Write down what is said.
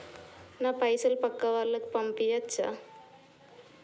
నా పైసలు పక్కా వాళ్ళకు పంపియాచ్చా?